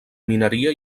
mineria